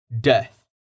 death